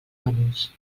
menús